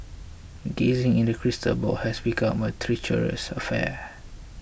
gazing into the crystal ball has become a treacherous affair